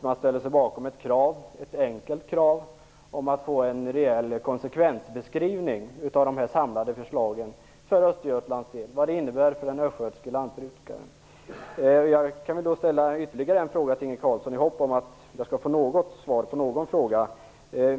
De ställde sig bakom ett enkelt krav om att få en rejäl konsekvensbeskrivning av vad de samlade förslagen innebär för den östgötske lantbrukaren. Jag kan ställa ytterligare en fråga till Inge Carlsson i hopp om att jag skall få något svar på någon fråga.